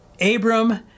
Abram